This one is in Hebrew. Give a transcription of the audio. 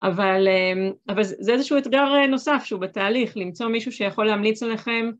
אבל זה איזשהו אתגר נוסף שהוא בתהליך למצוא מישהו שיכול להמליץ עליכם.